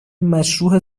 مشروح